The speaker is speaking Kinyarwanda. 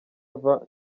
ava